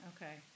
Okay